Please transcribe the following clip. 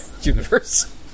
universe